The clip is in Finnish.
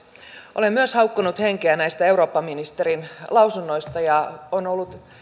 olen myös haukkonut henkeä näistä eurooppaministerin lausunnoista on ollut